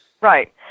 Right